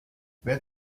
wer